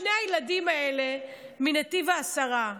שני הילדים האלה מנתיב העשרה,